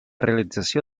realització